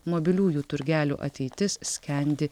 mobiliųjų turgelių ateitis skendi